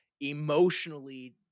emotionally